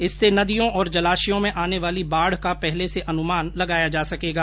इससे नदियों और जलाशयों में आने वाली बाढ़ का पहले से अनुमान लगाया जा सकेगा